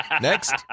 Next